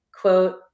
quote